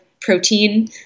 protein